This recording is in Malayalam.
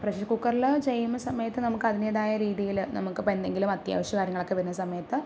പ്രഷർ കുക്കറിൽ ചെയ്യുന്ന സമയത്ത് നമുക്കതിൻ്റേതായ രീതിയിൽ നമുക്കിപ്പോൾ എന്തെങ്കിലും അത്യാവശ്യ കാര്യങ്ങളൊക്കെ വരുന്ന സമയത്ത്